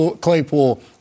Claypool